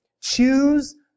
choose